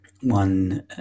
one